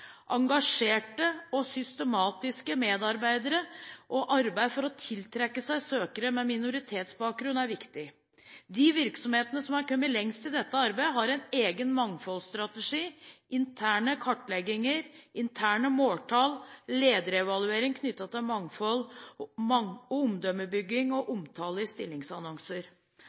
Engasjerte og systematiske medarbeidere og arbeid for å tiltrekke seg søkere med minoritetsbakgrunn er viktig. De virksomhetene som har kommet lengst i dette arbeidet har en egen mangfoldsstrategi, interne kartlegginger, interne måltall, lederevaluering knyttet til mangfold, omdømmebygging og omtale i stillingsannonser.